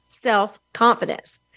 self-confidence